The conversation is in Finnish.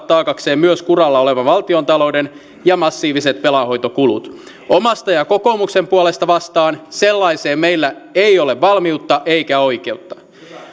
taakakseen myös kuralla olevan valtiontalouden ja massiiviset velanhoitokulut omasta ja kokoomuksen puolesta vastaan sellaiseen meillä ei ole valmiutta eikä oikeutta